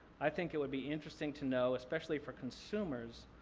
i think it would be interesting to know, especially for consumers,